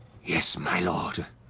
yes, my lord?